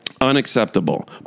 unacceptable